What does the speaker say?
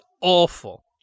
awful